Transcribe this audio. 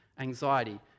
anxiety